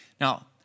Now